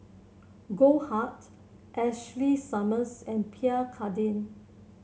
Goldheart Ashley Summers and Pierre Cardin